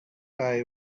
tie